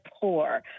poor